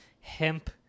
hemp